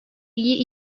iyi